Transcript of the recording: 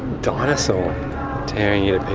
dinosaur tearing you